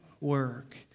work